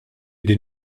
din